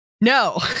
No